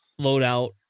loadout